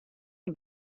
you